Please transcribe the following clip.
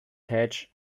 hatch